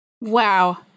wow